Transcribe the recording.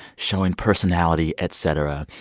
showing personality, et cetera.